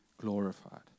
glorified